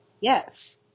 Yes